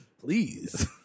Please